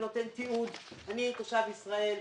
הוא גם נותן תיעוד שאומר: אני תושב ישראל.